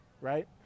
right